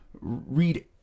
Read